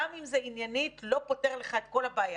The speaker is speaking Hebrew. גם אם זה עניינית לא פותר את כל הבעיה,